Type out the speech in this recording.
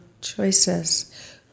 choices